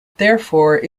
therefore